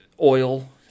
oil